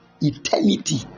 eternity